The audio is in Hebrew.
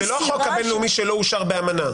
זאת אומרת, זה לא החוק הבין-לאומי שלא אושר באמנה.